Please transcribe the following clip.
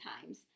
times